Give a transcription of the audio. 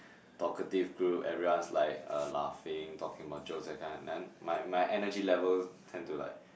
talkative group everyone is like uh laughing talking about jokes that kind then my my energy level tend to like